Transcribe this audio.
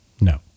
No